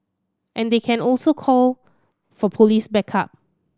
and they can also call for police backup